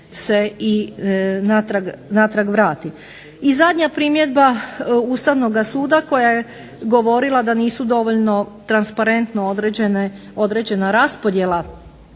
I zadnja primjedba Ustavnoga suda koja je govorila da nisu dovoljno transparentno određena raspodjela